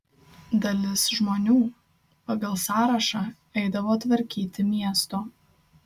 dalis žmonių pagal sąrašą eidavo tvarkyti miesto